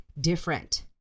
different